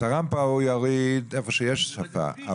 את הרמפה הוא יוריד איפה שיש שפה.